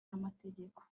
n’amategeko